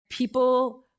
People